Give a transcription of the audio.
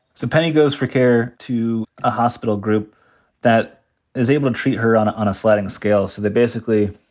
so penny goes for care to a hospital group that is able to treat her on on a sliding scale. so they basically,